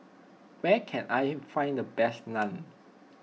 where can I find the best Naan